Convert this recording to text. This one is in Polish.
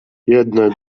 jedne